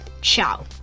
ciao